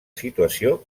situació